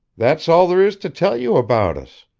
that's all there is to tell you about us.